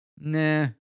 nah